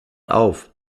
auf